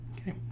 Okay